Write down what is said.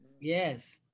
yes